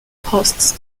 hosts